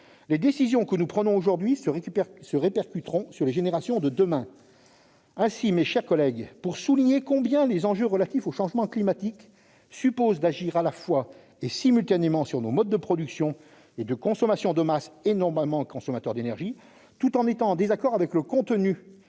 les décisions que nous prenons aujourd'hui se répercuteront sur les générations de demain. Ainsi, mes chers collègues, pour souligner combien les enjeux relatifs aux changements climatiques supposent d'agir simultanément sur nos modes de production et de consommation de masse, énormément consommateurs d'énergie, le groupe Socialiste,